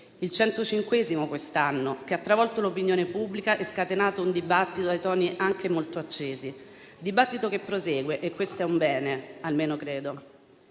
il centocinquesimo di quest'anno, che ha travolto l'opinione pubblica e ha scatenato un dibattito dai toni anche molto accesi. È un dibattito che prosegue e questo è un bene, almeno credo.